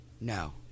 No